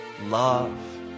love